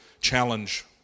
challenge